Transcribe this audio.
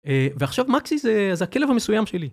ועכשיו מקסי זה הכלב המסוים שלי.